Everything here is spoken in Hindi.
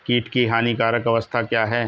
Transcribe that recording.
कीट की हानिकारक अवस्था क्या है?